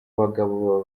bagabo